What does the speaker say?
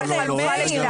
מאיר,